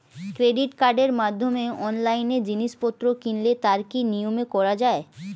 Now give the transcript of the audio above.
Credit কার্ডের মাধ্যমে অনলাইনে জিনিসপত্র কিনলে তার কি নিয়মে করা যায়?